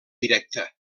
directa